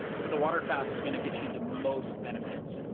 but the water fast is going to get you the most benefits.